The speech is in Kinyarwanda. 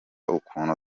ukuntu